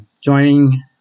joining